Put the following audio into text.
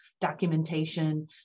documentation